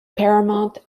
paramount